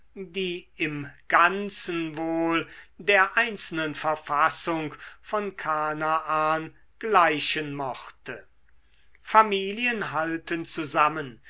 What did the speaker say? die im ganzen wohl der einzelnen verfassung von kanaan gleichen mochte familien halten zusammen